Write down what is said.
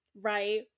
right